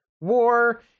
war